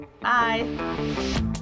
Bye